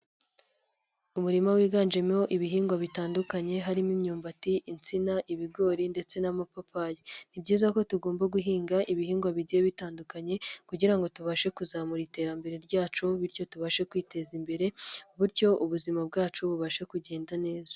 Umurima wiganjemo ibihingwa bitandukanye harimo imyumbati, insina, ibigori ndetse n'amapapayi, ni byiza ko tugomba guhinga ibihingwa bigiye bitandukanye kugira ngo tubashe kuzamura iterambere ryacu bityo tubashe kwiteza imbere bityo ubuzima bwacu bubashe kugenda neza.